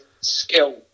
skill